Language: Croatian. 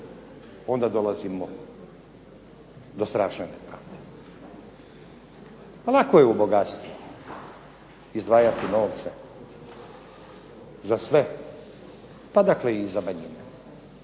onda dolazimo dao strašne nepravde. Lako je u bogatstvu izdvajati novce za sve pa i za manjine.